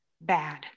bad